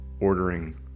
ordering